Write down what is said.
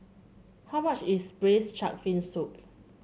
how much is braise shark fin soup